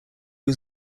was